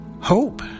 Hope